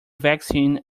vaccine